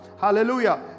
hallelujah